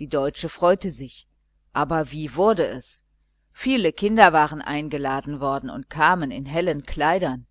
die deutsche freute sich aber wie wurde es viele kinder waren eingeladen worden und fuhren an in hellen kleidern